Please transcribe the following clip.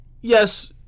yes